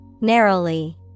narrowly